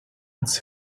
its